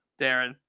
Darren